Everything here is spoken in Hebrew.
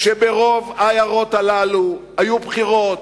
שברוב העיירות הללו היו בחירות,